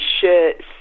shirts